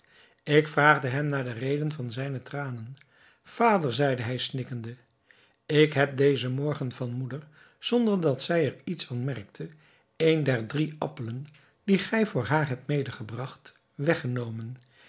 ik vraagde hem naar de reden van zijne tranen vader zeide hij snikkende ik heb dezen morgen van moeder zonder dat zij er iets van merkte een der drie appelen die gij voor haar hebt medegebragt weggenomen